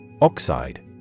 Oxide